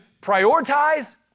prioritize